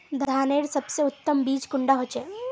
धानेर सबसे उत्तम बीज कुंडा होचए?